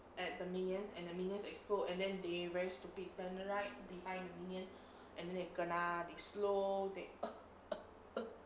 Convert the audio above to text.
at the minions and the minions explodes and then they very stupid stand right behind the minions and then they kena they slow they ugh ugh ugh